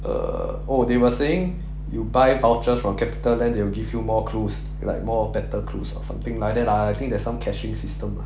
err oh they were saying you buy vouchers from CapitaLand they will give you more clues like more better clues or something like that ah I think there's some cashing system